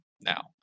now